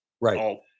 right